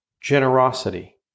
generosity